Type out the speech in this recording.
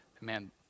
man